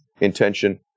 intention